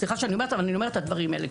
סלחה שאני אומר, אבל אני אומרת את הדברים האלה.